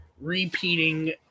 repeating